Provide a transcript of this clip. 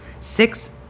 six